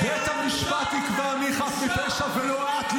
בית המשפט יקבע מי חף מפשע ולא את,